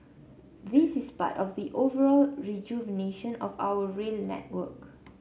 this is part of the overall rejuvenation of our rail network